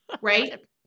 right